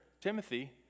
Timothy